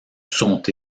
sont